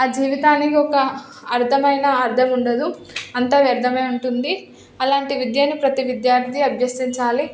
ఆ జీవితానికి ఒక అర్థమైన అర్థం ఉండదు అంత వ్యర్థమే ఉంటుంది అలాంటి విద్యను ప్రతి విద్యార్థి అభ్యసించాలి